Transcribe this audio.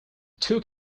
took